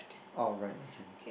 alright okay